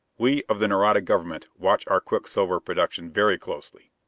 we of the nareda government watch our quicksilver production very closely.